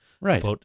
Right